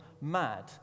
mad